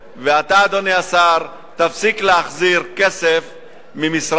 ואתה, אדוני השר, תפסיק להחזיר כסף ממשרדך